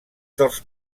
dels